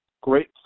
great